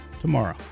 tomorrow